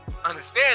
Understand